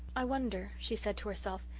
i wonder, she said to herself,